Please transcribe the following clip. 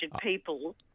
people